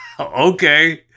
okay